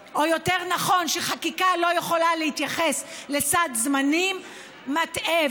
שחקיקה לא יכולה להתייחס לסד זמנים, מטעה.